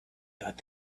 thought